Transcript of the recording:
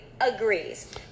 agrees